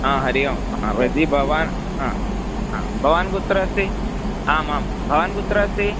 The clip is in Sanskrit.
हा हरिः ओम् वदी भवान् हा हा भवान् कुत्र अस्ति आमां भवान् कुत्र अस्ति